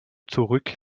zurück